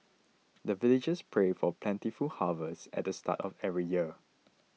the villagers pray for plentiful harvest at the start of every year